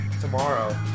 tomorrow